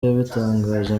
yabitangaje